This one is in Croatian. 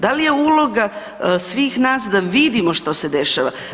Da li je uloga svih nas da vidimo što se dešava?